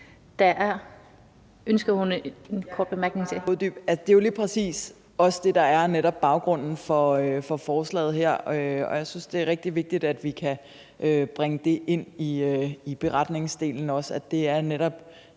Det er også lige præcis det, der netop er baggrunden for forslaget her. Jeg synes, det er rigtig vigtigt, at vi kan bringe det ind i beretningsdelen også, altså at det